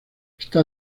está